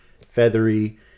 feathery